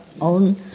own